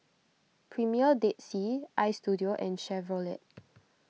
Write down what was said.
Premier Dead Sea Istudio and Chevrolet